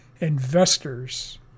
investors